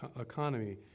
economy